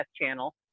channel